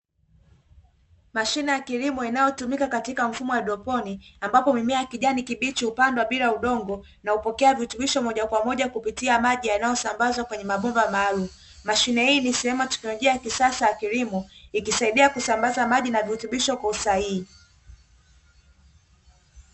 Mashine ya kilimo inayotumika katika mfumo wa haidroponi ambapo mmea wa kijani kibichi hupandwa bila udongo na hupokea virutubisho moja kwa moja kupitia maji yanayosambazwa kwenye mabomba maalumu. Mashine hii ni sehemu ya teknolojia ya kisasa ya kilimo ikisaidia kusambaza maji na virutubisho kwa usahihi.